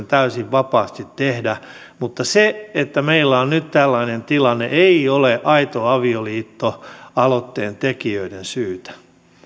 täysin vapaasti tehdä mutta se että meillä on nyt tällainen tilanne ei ole aito avioliitto aloitteen tekijöiden syytä